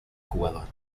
jugador